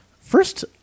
First